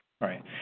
Right